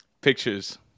pictures